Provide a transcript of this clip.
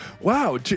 wow